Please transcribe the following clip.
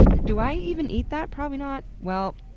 do i even eat that? probably not. wellll,